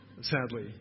sadly